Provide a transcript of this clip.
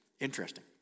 Interesting